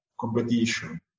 competition